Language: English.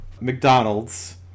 McDonald's